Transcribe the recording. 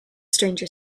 stranger